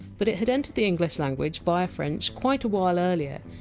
but it had entered the english language via french quite a while earlier,